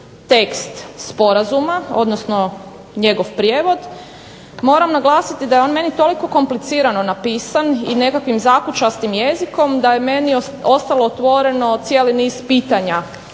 tekst sporazuma, odnosno njegov prijevod, moram naglasiti da je on meni toliko komplicirano napisan i nekakvim zakučastim jezikom da je meni ostalo otvoreno cijeli niz pitanja